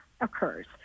occurs